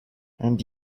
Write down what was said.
and